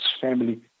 family